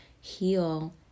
heal